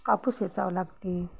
कापूस वेचावं लागते